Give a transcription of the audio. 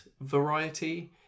variety